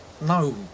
No